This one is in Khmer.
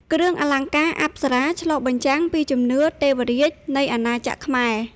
គ្រឿងអលង្ការអប្សរាឆ្លុះបញ្ចាំងពីជំនឿលើ "ទេវរាជ" នៃអាណាចក្រខ្មែរ។